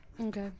Okay